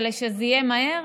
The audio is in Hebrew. ושיהיה מהר,